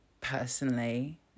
personally